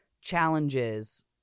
challenges